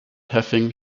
having